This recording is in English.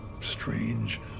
Strange